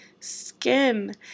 skin